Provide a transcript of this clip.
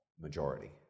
Majority